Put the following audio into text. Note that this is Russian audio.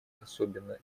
особенно